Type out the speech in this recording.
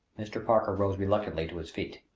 mr. parker rose reluctantly to his feet.